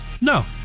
No